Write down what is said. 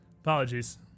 Apologies